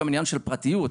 עניין של פרטיות,